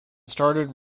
started